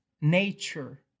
nature